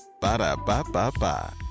Ba-da-ba-ba-ba